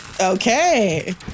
Okay